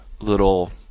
little